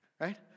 Right